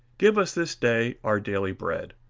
give us this day our daily bread.